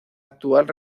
actual